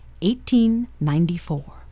1894